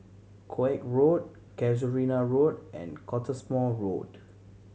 Koek Road Casuarina Road and Cottesmore Road